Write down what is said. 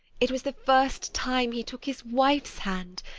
it was the first time he took his wife's hand,